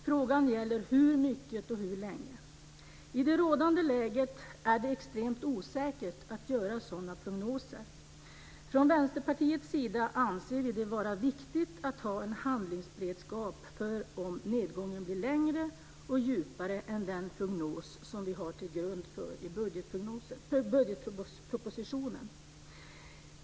Frågan gäller hur mycket och hur länge. I det rådande läget är det extremt osäkert att göra sådana prognoser. Från Vänsterpartiets sida anser vi det vara viktigt att ha en handlingsberedskap för om nedgången blir längre och djupare än vad som förutses i den prognos som ligger till grund för budgetpropositionen.